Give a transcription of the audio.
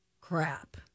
crap